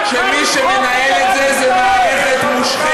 וגם זה בתנאי שמי שמנהלת את זה זו מערכת מושחתת,